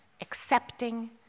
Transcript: accepting